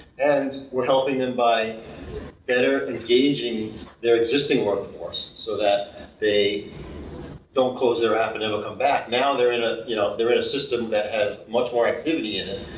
and we're helping them by better engaging their existing work force, so that they don't close their app and it'll come back. now they're in ah you know they're in a system that has much more activity in it,